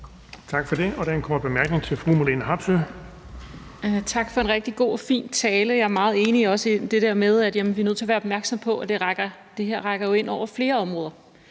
til fru Marlene Harpsøe. Kl. 18:48 Marlene Harpsøe (DD): Tak for en rigtig god og fin tale. Jeg er meget enig, også i det der med, at vi er nødt til at være opmærksomme på, at det her rækker ind over flere områder.